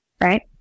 right